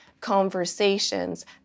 conversations